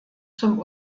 zum